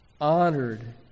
honored